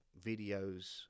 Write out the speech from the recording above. videos